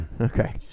Okay